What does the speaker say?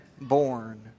born